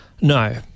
No